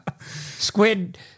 Squid